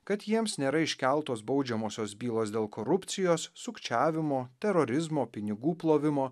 kad jiems nėra iškeltos baudžiamosios bylos dėl korupcijos sukčiavimo terorizmo pinigų plovimo